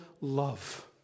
love